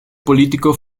político